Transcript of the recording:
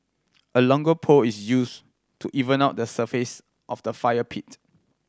a longer pole is used to even out the surface of the fire pit